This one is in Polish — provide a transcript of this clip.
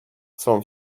swą